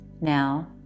Now